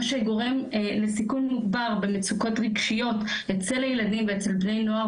מה שגורם לסיכון מוגבר למצוקות רגשיות אצל ילדים ואצל בני נוער,